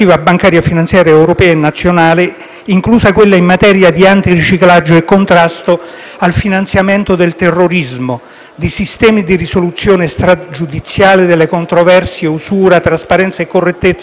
inclusa quella in materia di antiriciclaggio e contrasto al finanziamento del terrorismo, di sistemi di risoluzione stragiudiziale delle controversie, usura, trasparenza e correttezza nei rapporti con la clientela.